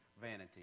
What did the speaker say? vanity